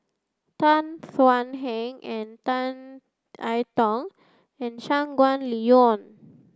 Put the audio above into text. Tan Thuan Heng and Tan I Tong and Shangguan Liuyun